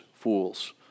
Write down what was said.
fools